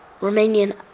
Romanian